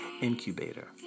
incubator